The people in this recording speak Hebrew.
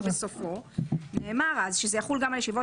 בסופו נאמר אז - שזה יחול גם על ישיבות